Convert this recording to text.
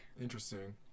Interesting